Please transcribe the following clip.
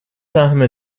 سهم